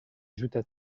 ajouta